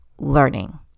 learning